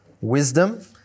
wisdom